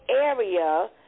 area